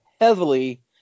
heavily